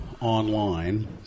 online